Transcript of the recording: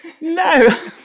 No